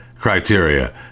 criteria